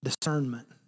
discernment